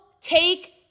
take